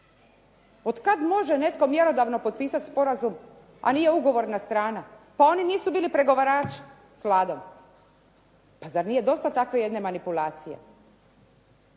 od kad može netko mjerodavno potpisati sporazum, a nije ugovorna strana? Pa oni nisu bili pregovarači s Vladom. Pa zar nije dosta takve jedne manipulacije?